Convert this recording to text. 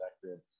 protected